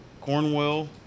Cornwell